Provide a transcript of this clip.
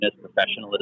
professionalism